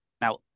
Now